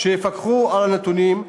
שיפקחו על הנתונים.